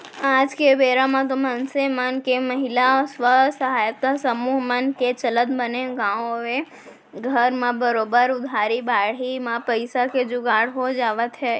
आज के बेरा म तो मनसे मन के महिला स्व सहायता समूह मन के चलत बने गाँवे घर म बरोबर उधारी बाड़ही म पइसा के जुगाड़ हो जावत हवय